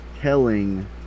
telling